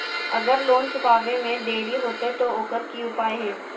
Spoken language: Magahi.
अगर लोन चुकावे में देरी होते तो ओकर की उपाय है?